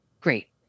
Great